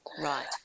Right